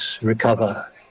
recover